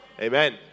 Amen